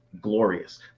glorious